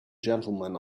gentlemen